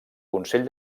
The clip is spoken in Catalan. consell